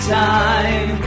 time